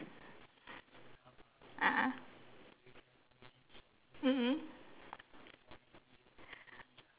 a'ah mm mm